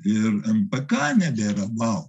ir npk nebėra vau